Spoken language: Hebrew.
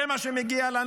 זה מה שמגיע לנו?